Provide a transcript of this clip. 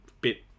bit